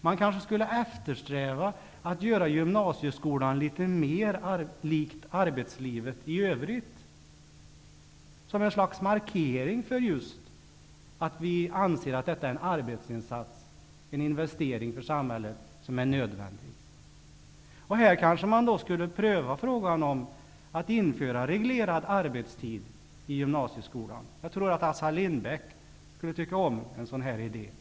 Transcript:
Man kanske skulle eftersträva att göra gymnasieskolan litet mer lik arbetslivet i övrigt som en slags markering av att vi anser att detta är en arbetsinsats och en nödvändig investering för samhället. Här kanske man skulle pröva frågan om att införa reglerad arbetstid i gymnasieskolan. Jag tror att Assar Lindbeck skulle tycka om en sådan här idé.